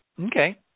Okay